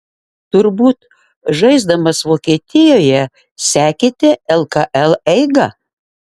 turbūt žaisdamas vokietijoje sekėte lkl eigą